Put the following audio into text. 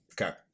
Okay